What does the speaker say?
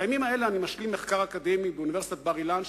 בימים אלה אני משלים מחקר אקדמי באוניברסיטת בר-אילן,